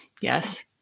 yes